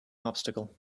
obstacle